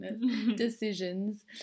Decisions